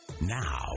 Now